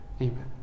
Amen